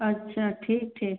अच्छा ठीक ठीक